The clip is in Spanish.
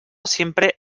siempre